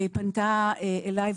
היא פנתה אליי.